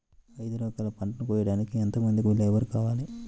ఐదు ఎకరాల పంటను కోయడానికి యెంత మంది లేబరు కావాలి?